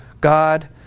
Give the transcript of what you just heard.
God